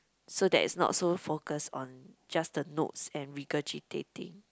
so that it's not so focused on just the notes and regurgitating